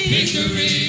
Victory